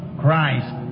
Christ